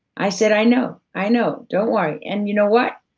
i said, i know. i know, don't worry. and you know what,